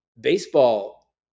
baseball